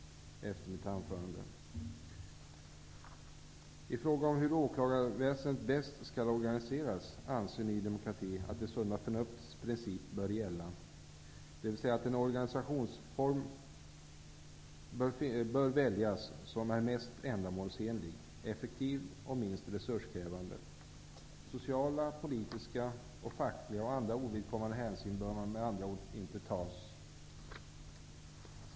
I frågan om hur åklagarväsendet bäst skall organiseras anser Ny demokrati att det sunda förnuftets princip bör gälla, dvs. att man bör välja den organisationsform som är mest ändamålsenlig och effektiv och minst resurskrävande. Sociala, politiska, fackliga och andra ovidkommande hänsyn bör med andra ord inte tas.